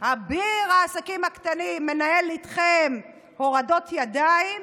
אביר העסקים הקטנים, מנהל איתכם הורדות ידיים,